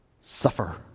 suffer